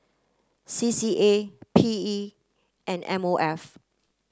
C C A P E and M O F